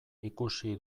ikusi